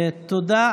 תודה.